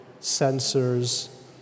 sensors